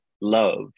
love